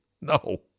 No